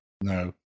no